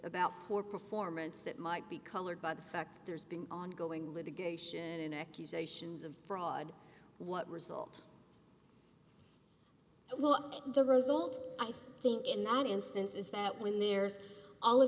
about poor performance that might be colored by the fact there's been ongoing litigation in accusations of fraud what result what the result i think in one instance is that when there's all of